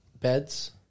Beds